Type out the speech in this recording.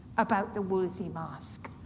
about the wolsey masque.